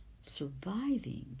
Surviving